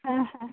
হ্যাঁ হ্যাঁ